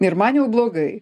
ir man jau blogai